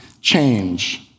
change